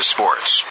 Sports